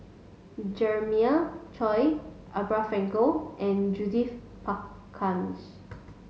Jeremiah Choy Abraham Frankel and Judith Prakash